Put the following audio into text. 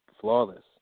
flawless